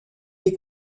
est